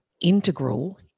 integral